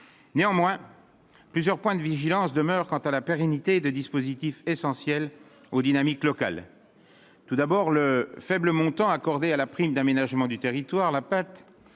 néanmoins plusieurs points de vigilance demeure quant à la pérennité de dispositifs essentiels aux dynamiques locales tout d'abord le faible montant accordé à la prime d'aménagement du territoire, la patte